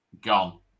gone